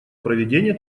проведение